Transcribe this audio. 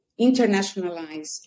internationalize